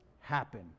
happen